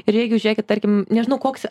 ir jeigu žėkit tarkim nežinau koks